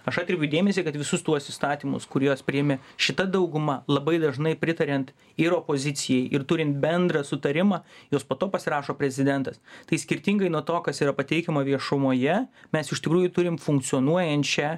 aš atkreipiu dėmesį kad visus tuos įstatymus kuriuos priėmė šita dauguma labai dažnai pritariant ir opozicijai ir turint bendrą sutarimą juos po to pasirašo prezidentas tai skirtingai nuo to kas yra pateikiama viešumoje mes iš tikrųjų turim funkcionuojančią